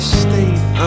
state